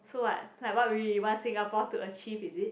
so what like what we want Singapore to achieve is it